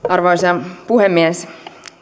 arvoisa puhemies